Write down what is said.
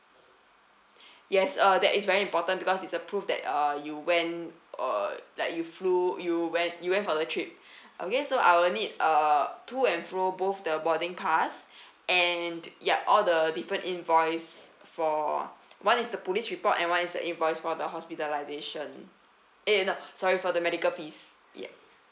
yes uh that is very important because it's a proof that uh you went uh like you flew you went you went for the trip okay so I will need uh to and fro both the boarding pass and yup all the different invoice for one is the police report and one is the invoice for the hospitalisation eh no sorry for the medical fees ya